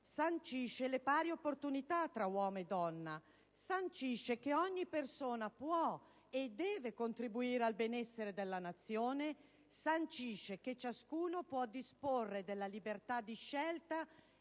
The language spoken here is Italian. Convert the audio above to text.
sancisce le pari opportunità tra uomo e donna, sancisce che ogni persona può e deve contribuire al benessere della Nazione, sancisce che ciascuno può disporre della libertà di scelta